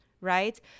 right